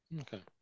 Okay